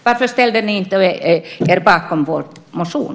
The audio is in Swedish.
Varför ställde ni er inte bakom vår motion?